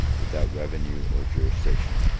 without revenue or jurisdiction.